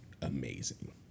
amazing